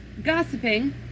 Gossiping